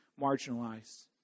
marginalized